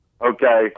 Okay